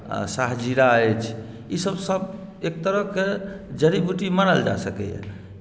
या सहजीरा अछि ई सभ सभ एक तरहकेँ जड़ी बुटि मानल जा सकैया